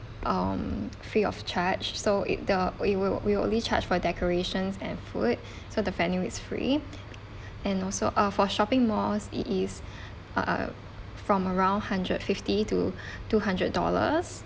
um free of charge so it the we will we only charge for decorations and food so the venue is free and also uh for shopping malls it is uh from around hundred fifty to two hundred dollars